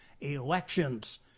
elections